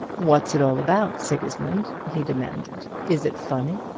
what's it all about, sigismund? he demanded. is it funny?